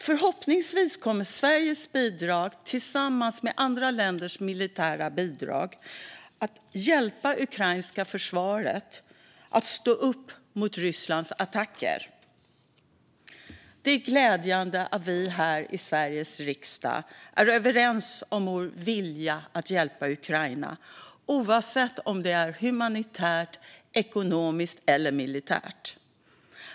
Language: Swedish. Förhoppningsvis kommer Sveriges bidrag, tillsammans med andra länders militära bidrag, att hjälpa det ukrainska försvaret att stå upp mot Rysslands attacker. Det är glädjande att vi här i Sveriges riksdag är överens om vår vilja att hjälpa Ukraina, oavsett om det är humanitärt, ekonomiskt eller militärt.